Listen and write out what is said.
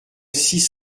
six